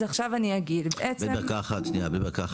אז עכשיו אני אגיד -- דקה אחת.